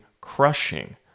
crushing